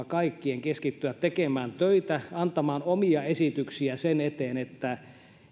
kaikkien keskittyä tekemään töitä antamaan omia esityksiä sen eteen että